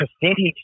percentage